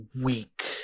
weak